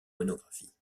monographies